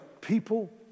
people